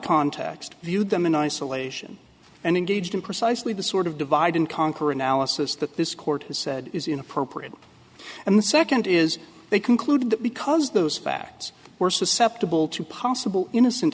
context viewed them in isolation and engaged in precisely the sort of divide and conquer analysis that this court has said is inappropriate and the second is they concluded that because those facts were susceptible to possible innocent